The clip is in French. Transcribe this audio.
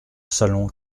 salon